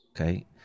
Okay